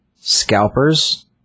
scalpers